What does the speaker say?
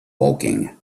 woking